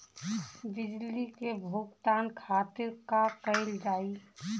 बिजली के भुगतान खातिर का कइल जाइ?